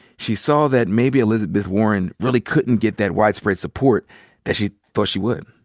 she saw that maybe elizabeth warren really couldn't get that widespread support that she thought she would.